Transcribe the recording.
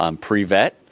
pre-vet